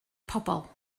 pobl